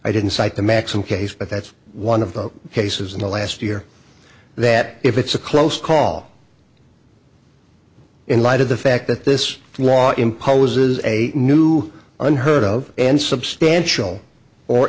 i didn't cite the maxim case but that's one of the cases in the last year that if it's a close call in light of the fact that this law imposes a new unheard of and substantial or